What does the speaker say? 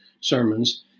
sermons